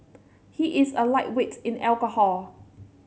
he is a lightweight in alcohol